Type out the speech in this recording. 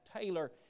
Taylor